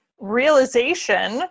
realization